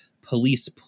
police